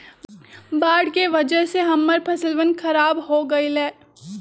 बाढ़ के वजह से हम्मर फसलवन खराब हो गई लय